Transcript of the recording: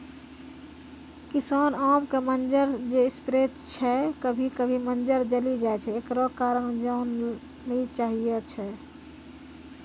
किसान आम के मंजर जे स्प्रे छैय कभी कभी मंजर जली जाय छैय, एकरो कारण जाने ली चाहेय छैय?